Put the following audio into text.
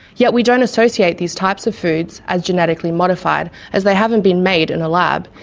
yet, we don't associate these types of foods as genetically modified as they haven't been made in a lab,